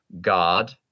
God